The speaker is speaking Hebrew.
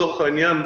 לצורך העניין,